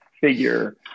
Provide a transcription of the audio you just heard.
figure